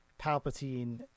Palpatine